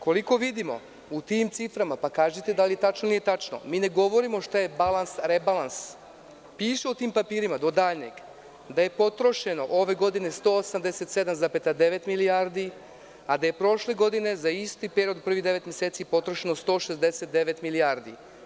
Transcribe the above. Koliko vidimo, u tim ciframa, pa kažite da li je tačno ili nije tačno, mi ne govorimo šta je balans, rebalans, piše u tim papirima do daljnjeg da je potrošeno ove godine 187,9 milijardi, a da je prošle godine za isti period od prvih devet meseci potrošeno 169 milijardi.